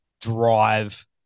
drive